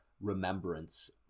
remembrance